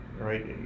right